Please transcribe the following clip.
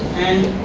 and,